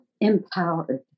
empowered